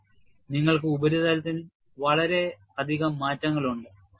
ഇപ്പോൾ നിങ്ങൾക്ക് ഉപരിതലത്തിൽ വളരെയധികം മാറ്റങ്ങൾ ഉണ്ട്